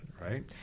right